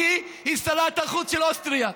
כי היא שרת החוץ של אוסטריה.